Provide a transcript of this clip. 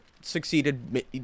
succeeded